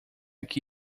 que